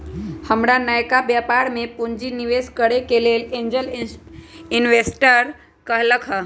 हमर नयका व्यापर में पूंजी निवेश करेके लेल एगो एंजेल इंवेस्टर कहलकै ह